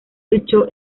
luchó